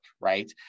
right